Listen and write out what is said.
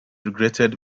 regretted